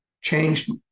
changed